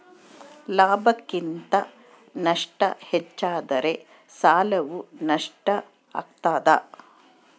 ಲಾಭಕ್ಕಿಂತ ನಷ್ಟ ಹೆಚ್ಚಾದರೆ ಸಾಲವು ನಷ್ಟ ಆಗ್ತಾದ